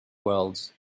wells